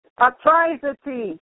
atrocity